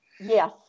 Yes